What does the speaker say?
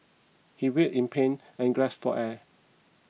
he writhed in pain and gasped for air